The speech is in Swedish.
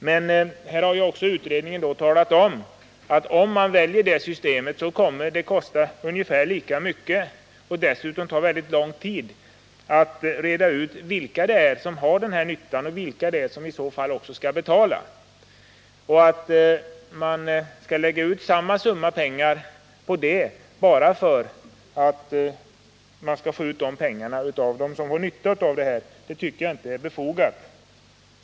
Men utredningen har ju sagt att om man väljer det systemet, så kommer det att kosta ungefär lika mycket som det system utredningen förordar. Dessutom kommer det att ta väldigt lång tid att reda ut vilka det är som har denna nytta och vilka som i så fall också skall betala. Att man skall lägga ut samma summa pengar bara för att kunna ta in de pengarna av dem som får nytta av åtgärderna tycker jag inte är befogat.